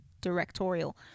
directorial